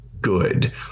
good